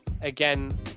Again